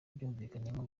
byamuviriyemo